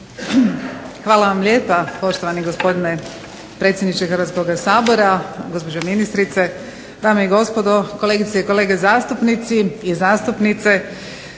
Hvala vam lijepa poštovani gospodine predsjedniče Hrvatskoga sabora, gospođo ministrice, dame i gospodo kolegice i kolege zastupnici i zastupnice.